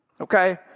okay